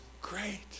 great